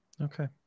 Okay